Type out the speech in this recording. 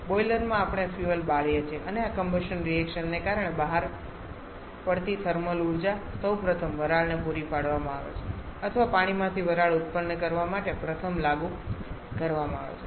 બોઈલરમાં આપણે ફ્યુઅલ બાળીએ છીએ અને આ કમ્બશન રિએક્શનને કારણે બહાર પડતી થર્મલ એનર્જી સૌપ્રથમ વરાળને પૂરી પાડવામાં આવે છે અથવા પાણીમાંથી વરાળ ઉત્પન્ન કરવા માટે પ્રથમ લાગુ કરવામાં આવે છે